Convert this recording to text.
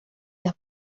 las